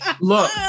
Look